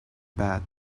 bed